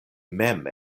mem